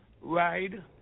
ride